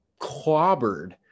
clobbered